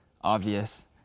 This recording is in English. obvious